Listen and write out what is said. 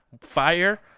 Fire